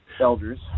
elders